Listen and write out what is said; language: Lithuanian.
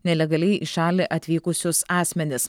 nelegaliai į šalį atvykusius asmenis